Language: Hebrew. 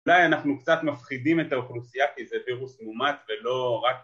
אולי אנחנו קצת מפחידים את האוכלוסייה כי זה וירוס מאומת ולא רק